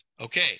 Okay